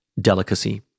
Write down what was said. delicacy